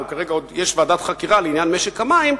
כרגע עוד יש ועדת חקירה לעניין משק המים,